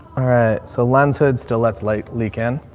all right, so lens hood still lets light leak in.